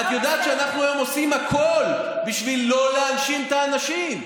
את יודעת שאנחנו עושים היום הכול בשביל לא להנשים את האנשים,